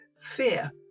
fear